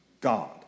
God